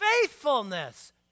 faithfulness